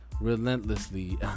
relentlessly